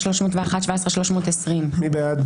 16,961 עד 16,980. מי בעד?